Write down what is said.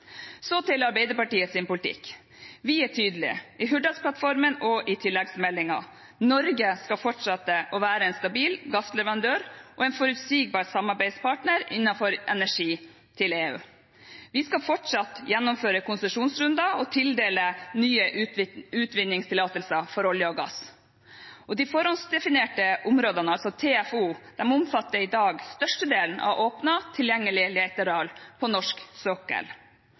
Så til Arbeiderpartiets politikk: Vi er tydelige, i Hurdalsplattformen og i tilleggsmeldingen. Norge skal fortsette å være en stabil gassleverandør og en forutsigbar samarbeidspartner innenfor energi til EU. Vi skal fortsatt gjennomføre konsesjonsrunder og tildele nye utvinningstillatelser for olje og gass. De forhåndsdefinerte områdene, altså TFO, omfatter i dag størstedelen av åpnet, tilgjengelig leteareal på norsk sokkel.